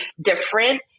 different